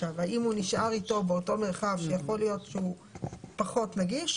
האם הוא נשאר איתו באותו מרחב שיכול להיות שהוא פחות נגיש,